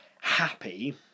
happy